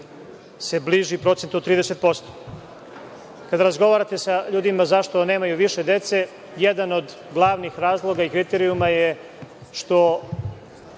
se bliži procentu od 30%.Kada razgovarate sa ljudima zašto nemaju više dece, jedan od glavnih razloga i kriterijuma koje